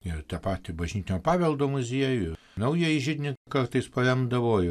ir tą patį bažnytinio paveldo muziejų naująjį židinį kartais paremdavo ir